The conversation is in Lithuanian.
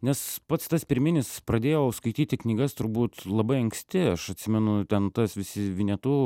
nes pats tas pirminis pradėjau skaityti knygas turbūt labai anksti aš atsimenu ten tas visi vinetu